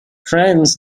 trains